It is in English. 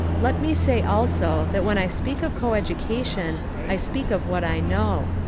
let me say also that when i speak of coeducation i speak of what i know.